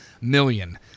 million